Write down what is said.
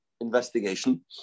investigation